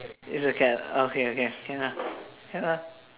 it's a cat ah okay okay can ah can ah